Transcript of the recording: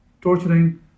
torturing